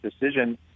decision